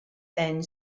and